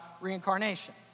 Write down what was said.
reincarnation